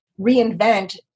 reinvent